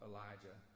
Elijah